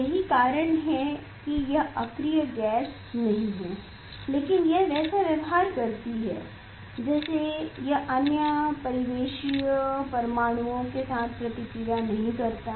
यही कारण है कि यह अक्रिय गैस नहीं है लेकिन यह वैसा व्यवहार करती है जैसे यह अन्य परिवेशीय परमाणुओं के साथ प्रतिक्रिया नहीं करता है